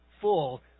full